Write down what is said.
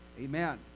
Amen